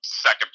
Second